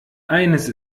eines